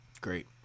Great